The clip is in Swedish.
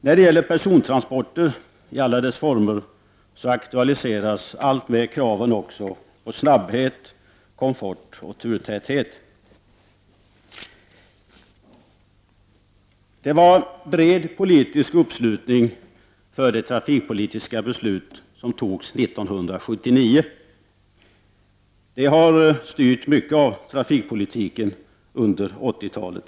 När det gäller persontransporter i alla dess former aktualiseras alltmer kraven också på snabbhet, komfort och turtäthet. Det var en bred politisk uppslutning för det trafikpolitiska beslutet 1979, som styrde mycket av trafikpolitiken under 1980-talet.